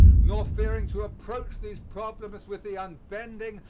nor fearing to approach these problems with the unbending,